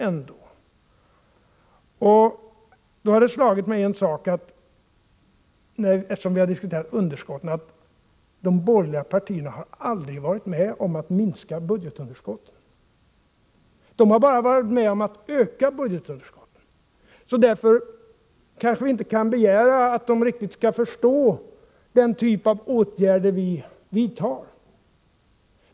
En sak som slagit mig, eftersom vi diskuterat underskotten, är att de borgerliga partierna aldrig har varit med om att minska budgetunderskotten. De har bara varit med om att öka dessa underskott. Därför kanske vi inte kan begära att de riktigt skall förstå den typ av åtgärder vi vidtar.